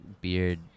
beard